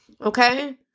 Okay